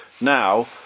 now